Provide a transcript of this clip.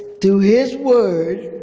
do his word